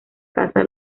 casa